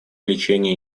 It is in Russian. лечения